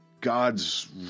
God's